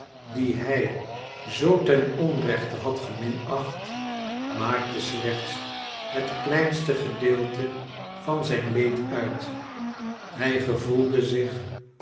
dien hij zoo ten onrechte had geminacht maakte slechts het kleinste gedeelte van zijn leed uit hij gevoelde zich